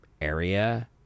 area